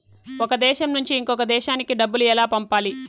ఒక దేశం నుంచి ఇంకొక దేశానికి డబ్బులు ఎలా పంపాలి?